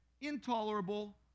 intolerable